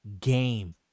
game